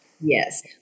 Yes